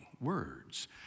words